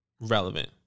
relevant